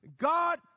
God